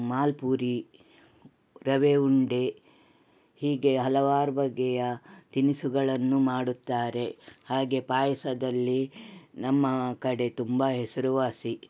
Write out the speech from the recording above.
ಮಾಲ್ಪುರಿ ರವೆ ಉಂಡೆ ಹೀಗೆ ಹಲವಾರು ಬಗೆಯ ತಿನಿಸುಗಳನ್ನು ಮಾಡುತ್ತಾರೆ ಹಾಗೆ ಪಾಯಸದಲ್ಲಿ ನಮ್ಮ ಕಡೆ ತುಂಬ ಹೆಸರುವಾಸಿ